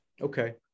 Okay